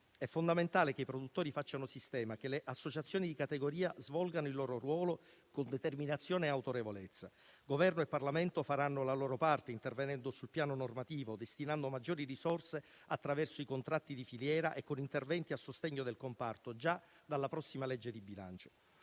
È fondamentale che i produttori facciano sistema e che le associazioni di categoria svolgano il loro ruolo con determinazione e autorevolezza. Governo e Parlamento faranno la loro parte, intervenendo sul piano normativo, destinando maggiori risorse attraverso i contratti di filiera e con interventi a sostegno del comparto già dalla prossima legge di bilancio.